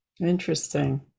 Interesting